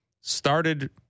started